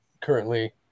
currently